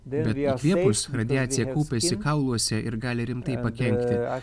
bet įkvėpus radiacija kaupiasi kauluose ir gali rimtai pakenkti